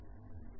ఇది నాటకీయమా